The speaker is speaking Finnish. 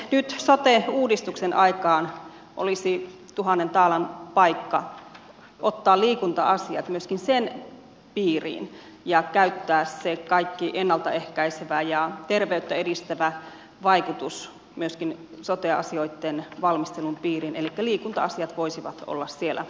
nyt sote uudistuksen aikana olisi tuhannen taalan paikka ottaa liikunta asiat myöskin sen piiriin ja käyttää se kaikki ennalta ehkäisevä ja terveyttä edistävä vaikutus myöskin sote asioitten valmistelun piiriin elikkä liikunta asiat voisivat olla siellä mukana